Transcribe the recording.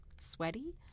sweaty